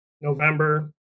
November